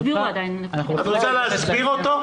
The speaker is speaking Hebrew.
את רוצה להסביר אותו?